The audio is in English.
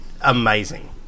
amazing